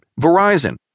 Verizon